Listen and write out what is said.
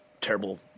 terrible